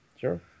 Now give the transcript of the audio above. Sure